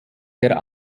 der